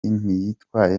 ntiyitwaye